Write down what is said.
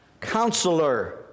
Counselor